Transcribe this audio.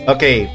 Okay